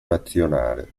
nazionale